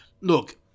Look